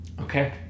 Okay